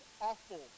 awful